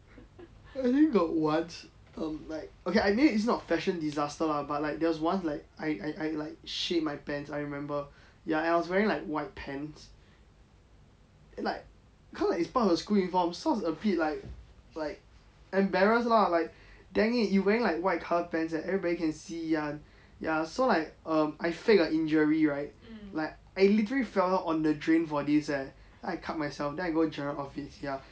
I think got once um like okay I mean it's fashion disaster lah but like there was once like I I I like shit my pants I remember ya I was wearing like white pants and like cause it's like parts of the school uniform so it's a bit like like embarrass lah like dang it you wearing like white pants eh everybody can see ya so like um I fake like injuries right like I literally fell off on the drain for this eh then I cut myself then I go general office